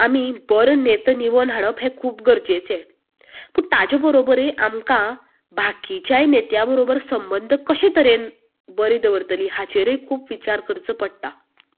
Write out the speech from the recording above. आमी बरो नतो निवडून हाडप हें खूब गरजेचें पूण ताजे बरेबरय आमकां बाकीच्याय नेत्या बरोबर संबंद कशे बरे दवरतली हाचेरूय विचार करचे पडटा